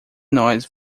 nós